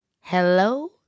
Hello